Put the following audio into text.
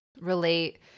relate